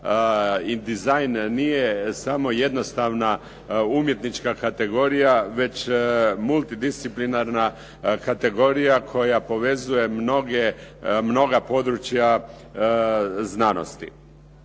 i dizajn nije samo jednostavna umjetnička kategorija, već multidisciplinarna kategorija koja povezuje mnoga područja znanosti.